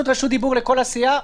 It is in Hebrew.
לכל הסיעה,